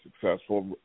successful